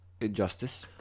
injustice